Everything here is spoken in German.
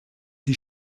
die